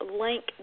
link